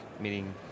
meaning